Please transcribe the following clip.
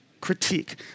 critique